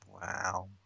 Wow